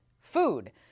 food